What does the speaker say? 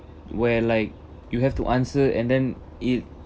where like you have to answer and then it